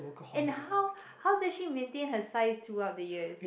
and how how does she maintain her size throughout the years